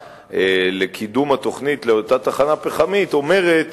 לקידום התוכנית לאותה תחנה פחמית אומרת